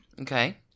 okay